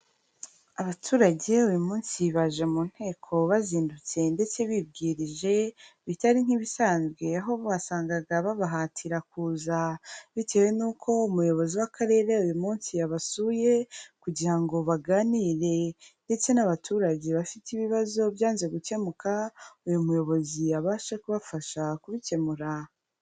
Abaturage uyumunsi baje mu nteko bazindutse ndetse bibwirije bitari nk'ibisanzwe aho wasangaga babahatira kuza bitewe n'uko umuyobozi w'akarere uyu munsi yabasuye. Kugira ngo baganire ndetse n'abaturage bafite ibibazo byanze gukemuka uyu muyobozi abashe kubafasha kubikemura.